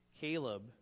Caleb